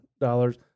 dollars